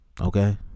okay